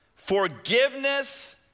Forgiveness